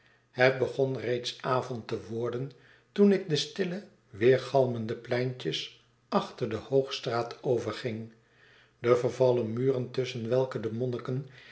het begon reeds avond te worden toen ik de stille weergalmende pleintjes achter de hoogs t r a a t overging de vervallen muren tusschen welke de monniken